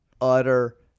utter